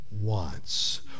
wants